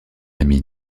amie